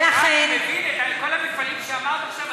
כל המפעלים שאמרת עכשיו,